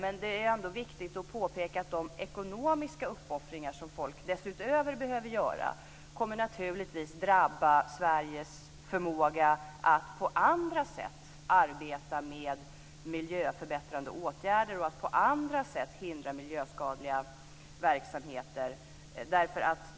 Men det är ändå viktigt att påpeka att de ekonomiska uppoffringar som folk därutöver behöver göra naturligtvis kommer att drabba Sveriges förmåga att på andra sätt arbeta med miljöförbättrande åtgärder och att på andra sätt hindra miljöskadliga verksamheter.